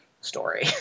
story